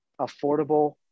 affordable